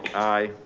aye.